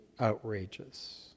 outrageous